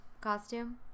costume